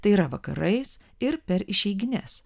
tai yra vakarais ir per išeigines